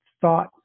thought